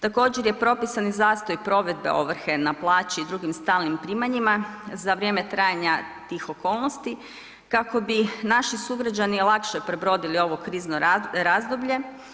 Također je propisan i zastoj provedbe ovrhe na plaći i drugim stalnim primanjima za vrijeme trajanja tih okolnosti kako bi naši sugrađani lakše prebrodili ovo krizno razdoblje.